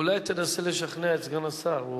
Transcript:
אולי תנסה לשכנע את סגן השר.